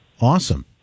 Awesome